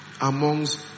Amongst